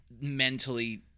mentally